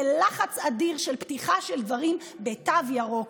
בלחץ אדיר לפתיחה של דברים בתו ירוק